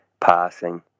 passing